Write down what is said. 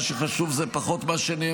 אבל אני חייב לומר שמה שחשוב הוא פחות מה שנאמר,